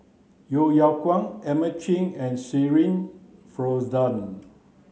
Yeo Yeow Kwang Edmund Cheng and Shirin Fozdar